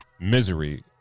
misery